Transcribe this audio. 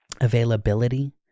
availability